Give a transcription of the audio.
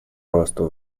росту